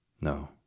No